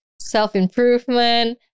self-improvement